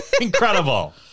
Incredible